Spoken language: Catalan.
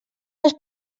les